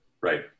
right